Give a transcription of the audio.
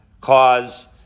cause